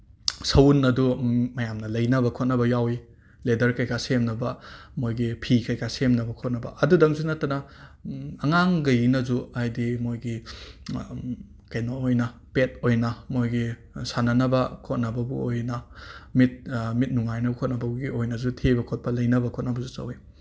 ꯁꯎꯟ ꯑꯗꯨ ꯃꯌꯥꯝꯅ ꯂꯩꯅꯕ ꯈꯣꯠꯅꯕ ꯌꯥꯎꯋꯤ ꯂꯦꯗꯔ ꯀꯩꯀꯥ ꯁꯦꯝꯅꯕ ꯃꯣꯏꯒꯤ ꯐꯤ ꯀꯩꯀꯥ ꯁꯦꯝꯅꯕ ꯈꯣꯠꯅꯕ ꯑꯗꯨꯗꯪꯁꯨ ꯅꯠꯇꯅ ꯑꯉꯥꯡꯒꯩꯅꯁꯨ ꯍꯥꯏꯗꯤ ꯃꯣꯏꯒꯤ ꯀꯩꯅꯣ ꯑꯣꯏꯅ ꯄꯦꯠ ꯑꯣꯏꯅ ꯃꯣꯏꯒꯤ ꯁꯥꯟꯅꯅꯕ ꯈꯣꯠꯅꯕꯕꯨ ꯑꯣꯏꯅ ꯃꯤꯠ ꯃꯤꯠ ꯅꯨꯡꯉꯥꯏꯅꯕ ꯈꯣꯠꯅꯕꯒꯤ ꯑꯣꯏꯅꯁꯨ ꯊꯦꯕ ꯈꯣꯠꯄ ꯂꯩꯅꯕ ꯈꯣꯠꯅꯕꯁꯨ ꯇꯧꯋꯤ